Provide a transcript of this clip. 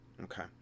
okay